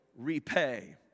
repay